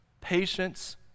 patience